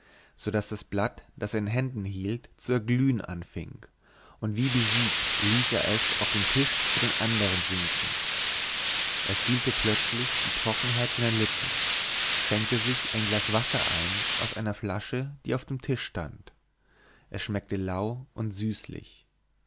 so daß das blatt das er in händen hielt zu erglühen anfing und wie besiegt ließ er es auf den tisch zu den andern sinken er fühlte plötzlich die trockenheit seiner lippen schenkte sich ein glas wasser ein aus einer flasche die auf dem tisch stand es schmeckte lau und süßlich